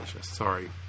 sorry